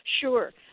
Sure